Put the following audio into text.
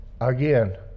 again